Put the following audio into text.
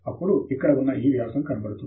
ఆప్పుడు ఇక్కడ ఉన్న ఈ వ్యాసము కనపడుతుంది